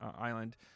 island